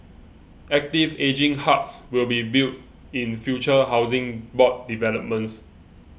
active ageing hubs will be built in future Housing Board developments